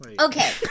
Okay